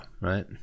right